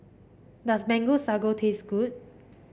does Mango Sago taste good